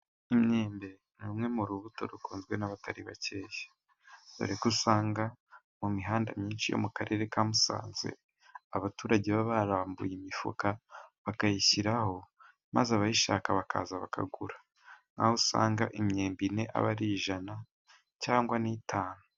Imyembe n'umwe mu rubuto rukunzwe n'abatari bakeya, dore ko usanga mu mihanda myinshi yo mu karere ka Musanze abaturage baba barambuye imifuka bakayishyiraho maze abayishaka bakaza bakagura. Nkaho 'lusanga imyembe ine aba ari ijana cyangwa n' itanu.